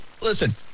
listen